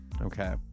Okay